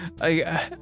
I-